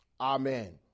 Amen